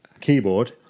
keyboard